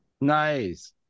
Nice